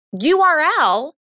URL